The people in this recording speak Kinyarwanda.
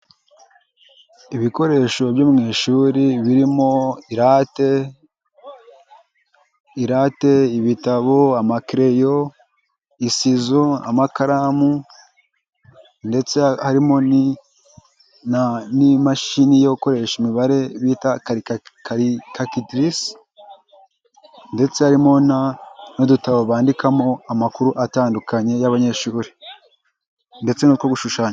Ibiikoresho byo mu ishuri birimo iratete, ibitabo, amakereyo, isizo, amakaramu ndetse harimo n'imashini yo gukoresha imibare bita karikatirise, ndetse harimo n'udutabo bandikamo amakuru atandukanye y'abanyeshuri. Ndetse n'utwo gushushanya.